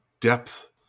depth